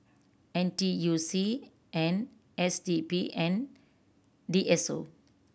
N T U C and S D P and D S O